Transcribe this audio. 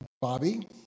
Bobby